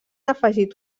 afegit